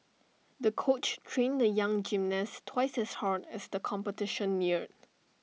the coach trained the young gymnast twice as hard as the competition neared